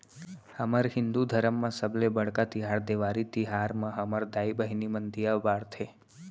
हमर हिंदू धरम म सबले बड़का तिहार देवारी तिहार म हमर दाई बहिनी मन दीया बारथे